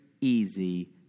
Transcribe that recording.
easy